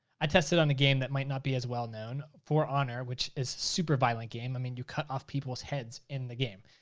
i tested on a game that might not be as well known, for honor, which is a super violent game. i mean, you cut off people's heads in the game.